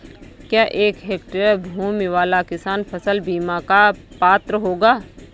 क्या एक हेक्टेयर भूमि वाला किसान फसल बीमा का पात्र होगा?